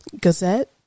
Gazette